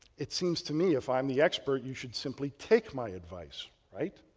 it's seems to me if i'm the expert you should simply take my advice, right?